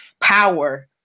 power